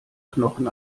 knochen